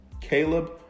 Caleb